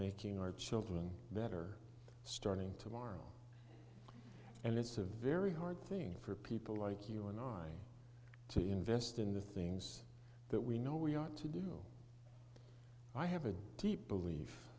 making our children better starting tomorrow and it's a very hard thing for people like you and i to invest in the things that we know we ought to do i have a deep belief